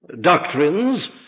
doctrines